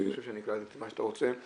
אני חושב שאני קלטתי את מה שאתה רוצה,